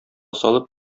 салып